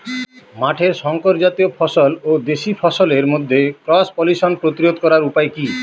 মাঠের শংকর জাতীয় ফসল ও দেশি ফসলের মধ্যে ক্রস পলিনেশন প্রতিরোধ করার উপায় কি?